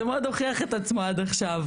זה מאוד הוכיח את עצמו עד עכשיו.